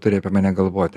turi apie mane galvoti